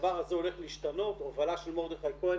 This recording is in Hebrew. הדבר הזה הולך להשתנות בהובלה של מרדכי כהן,